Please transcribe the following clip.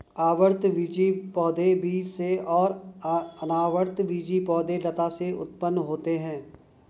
आवृतबीजी पौधे बीज से और अनावृतबीजी पौधे लता से उत्पन्न होते है